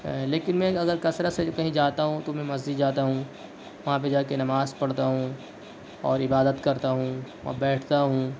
لیکن میں اگر کثرت سے کہیں جاتا ہوں تو میں مسجد جاتا ہوں وہاں پہ جا کے نماز پڑھتا ہوں اور عبادت کرتا ہوں اور بیٹھتا ہوں